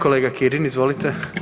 Kolega Kirin, izvolite.